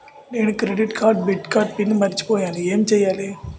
నేను credit card debit card PIN మర్చిపోయేను ఎం చెయ్యాలి?